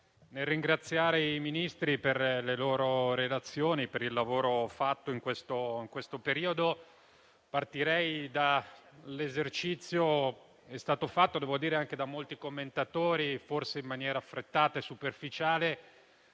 nel ringraziare i Ministri per le loro informative, per il lavoro svolto in questo periodo, partirei dall'esercizio che è stato fatto anche da molti commentatori, forse in maniera affrettata e superficiale,